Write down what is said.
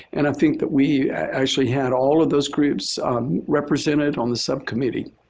and i think that we actually had all of those groups represented on the subcommittee.